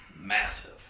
Massive